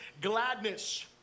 gladness